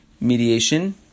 mediation